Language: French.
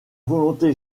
volonté